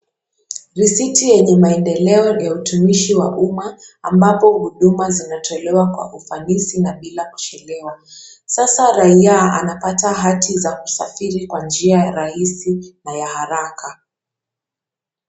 Risiti yenye mendeleo ya utimishi wa uma, ambapo huduma zinatolewa kwa ufanisi na bila kuchelewa. Sasa raia anapata haki za kusafiri kwa njia rahisi na ya haraka.